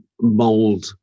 mold